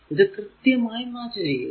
ഇത് കൃത്യമായി മാച്ച് ചെയ്യുന്നു